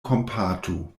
kompatu